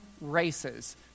races